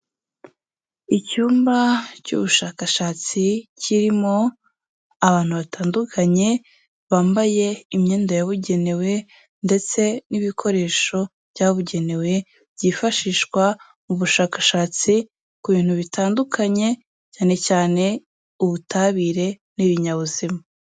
Icyumba cy'ubushakashatsi kirimo abantu batandukanye bambaye imyenda yabugenewe ndetse n'ibikoresho byabugenewe byifashishwa mu bushakashatsi ku bintu bitandukanye cyane cyane ubutabire n'ibinyabuzima.